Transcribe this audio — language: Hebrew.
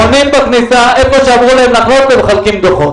חונים בכניסה היכן שאמרו להם לחנות והם מחלקים דוחות.